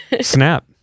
Snap